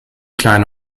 kleine